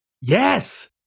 Yes